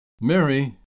Mary